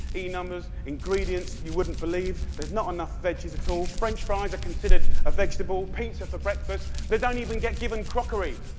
e numbers, ingredients you wouldn't believe there's not enough veggies at all. french fries are considered a vegetable. pizza for breakfast. they don't even get crockery.